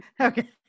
Okay